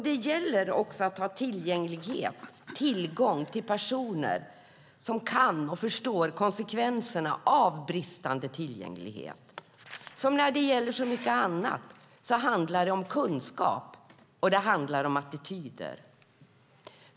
Det gäller att ha tillgång till personer som kan och förstår konsekvenserna av bristande tillgänglighet. Som när det gäller så mycket annat handlar det om kunskap och attityder.